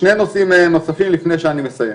שני נושאים נוספים לפני שאני מסיים.